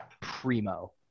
primo